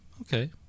Okay